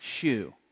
shoe